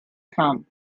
come